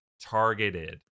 targeted